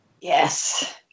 Yes